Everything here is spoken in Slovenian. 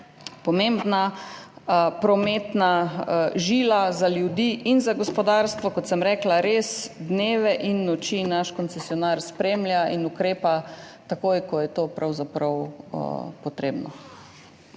pomembna prometna žila za ljudi in za gospodarstvo. Kot sem rekla, naš koncesionar res dneve in noči spremlja in ukrepa takoj, ko je to pravzaprav potrebno.